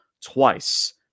twice